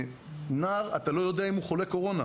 אצל נער אתה לא יודע אם הוא חולה קורונה,